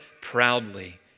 proudly